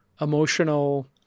emotional